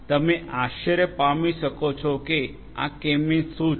તમે આશ્ચર્ય પામી શકો છો કે આ કે મીન્સ શું છે